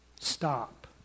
Stop